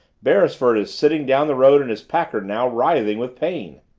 beresford is sitting down the road in his packard now writhing with pain!